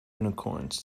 unicorns